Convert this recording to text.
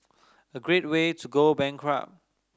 a great way to go bankrupt